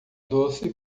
doce